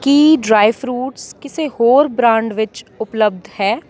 ਕੀ dry fruits ਕਿਸੇ ਹੋਰ brand ਵਿੱਚ ਉਪਲਬਧ ਹੈ